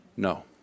No